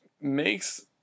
makes